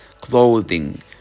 clothing